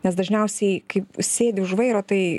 nes dažniausiai kaip sėdi už vairo tai